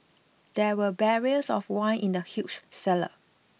there were barrels of wine in the huge cellar